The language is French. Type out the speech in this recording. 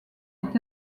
est